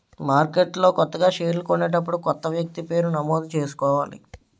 మార్కెట్లో కొత్తగా షేర్లు కొనేటప్పుడు కొత్త వ్యక్తి పేరు నమోదు చేసుకోవాలి